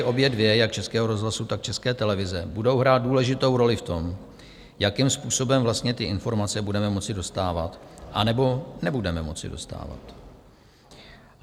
Obě dvě rady, jak Českého rozhlasu, tak České televize, budou hrát důležitou roli v tom, jakým způsobem vlastně ty informace budeme moci dostávat nebo nebudeme moci dostávat.